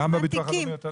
גם בביטוח הלאומי אותו הדבר?